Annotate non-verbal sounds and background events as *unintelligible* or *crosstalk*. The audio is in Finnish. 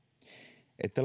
että *unintelligible*